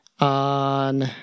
On